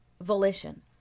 volition